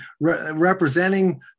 representing